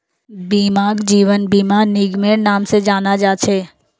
बीमाक जीवन बीमा निगमेर नाम से जाना जा छे